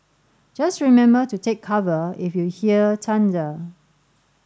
just remember to take cover if you hear thunder